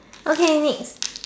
okay next